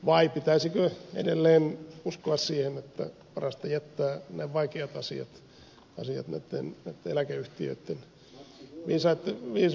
vai pitäisikö edelleen uskoa siihen että parasta jättää nyt näin vaikeat asiat eläkeyhtiöitten viisaitten hoidettaviksi